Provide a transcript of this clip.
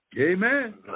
Amen